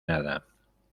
nada